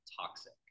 toxic